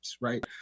right